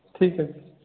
ଠିକ୍ ଅଛି